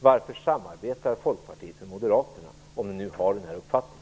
Varför samarbetar ni i Folkpartiet med Moderaterna, om ni nu har denna uppfattning?